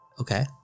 Okay